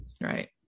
Right